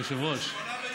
היושב-ראש.